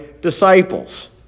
disciples